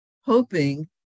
hoping